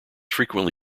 frequently